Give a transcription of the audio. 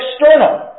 external